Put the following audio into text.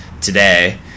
today